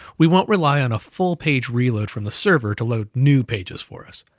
we won't rely on a full page reload from the server to load new pages for us.